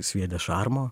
sviedė šarmo